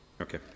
Okay